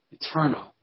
eternal